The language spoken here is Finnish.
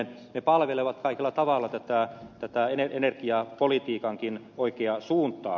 ne palvelevat kaikella tavalla tätä energiapolitiikankin oikeaa suuntaa